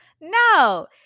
No